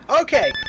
okay